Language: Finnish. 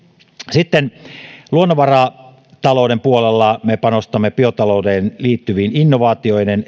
sitten luonnonvaratalouden puolella me panostamme biotalouteen liittyvien innovaatioiden